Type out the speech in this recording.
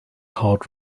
hard